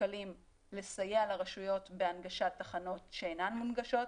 שקלים לסייע לרשויות בהנגשת תחנות שאינן מונגשות.